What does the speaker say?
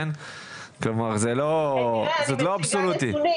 זה לא אבסולוטי.